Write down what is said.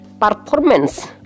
performance